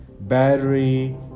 battery